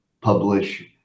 publish